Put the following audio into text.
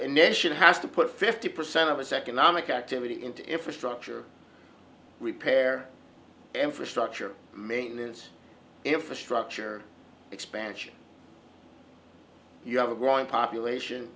nation has to put fifty percent of its economic activity into infrastructure repair infrastructure maintenance infrastructure expansion you have a growing population